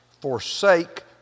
forsake